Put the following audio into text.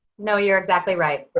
no, you're exactly right.